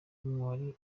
n’umwe